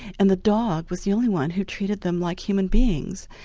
and the dog was the only one who treated them like human beings.